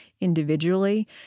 individually